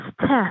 test